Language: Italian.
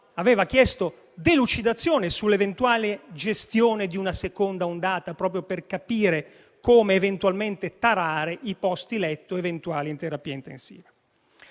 aveva chiesto delucidazioni sull'eventuale gestione di una seconda ondata, proprio per capire come eventualmente tarare i posti letto in terapia intensiva.